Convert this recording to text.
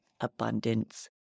abundance